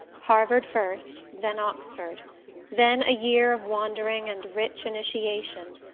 harvard first then oxford then a year of wandering and rich initiation.